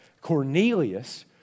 Cornelius